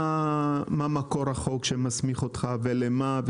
מה מקור החוק שמסמיך אותך ולמה,